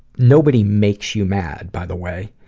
nobody makes you mad, by the way.